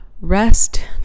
rest